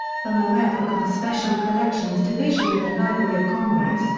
from the rare book and special collections division at the library of congress